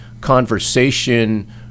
conversation